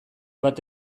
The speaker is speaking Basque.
bat